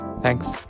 Thanks